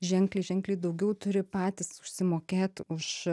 ženkliai ženkliai daugiau turi patys užsimokėt už